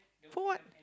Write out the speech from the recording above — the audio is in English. for what